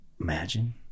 imagine